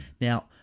Now